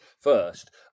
first